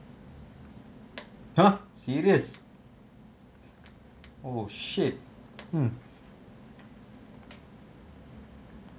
!huh! serious oh shit hmm